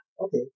Okay